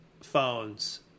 phones